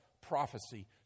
prophecy